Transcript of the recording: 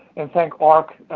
and thank ahrq,